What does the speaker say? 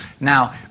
Now